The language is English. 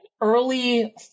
Early